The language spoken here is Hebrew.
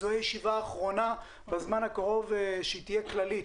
זו ישיבה אחרונה של וועדת המשנה בזמן הקרוב שתהיה כללית.